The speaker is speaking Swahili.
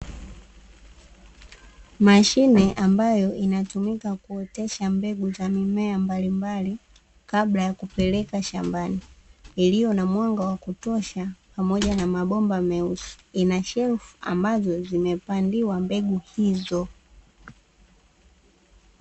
Mashine ambayo inatumika kuotesha mbegu za mimea mbalimbali kabla ya kupeleka shambani, iliyo na mwanga wa kutosha pamoja na mabomba meusi, ina shelfu ambazo zimepandiwa mbegu hizo.